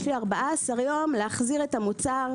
יש לי 14 יום להחזיר את המוצר,